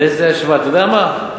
על איזה השוואה, אתה יודע מה?